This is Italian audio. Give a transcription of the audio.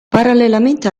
parallelamente